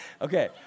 Okay